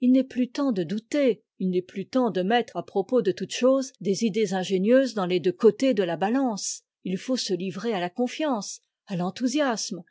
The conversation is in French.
il n'est plus temps de douter il n'est plus temps de mettre à propos de toutes choses des idées ingénieuses dans les deux cotés de la balance il faut se livrer à la confiance à l'enthousiasme